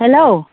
hello